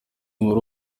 nkuru